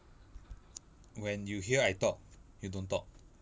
when you hear I talk you don't talk